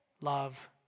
love